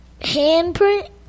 handprint